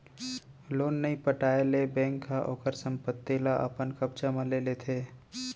loan नइ पटाए ले बेंक ह ओखर संपत्ति ल अपन कब्जा म ले लेथे